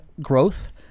growth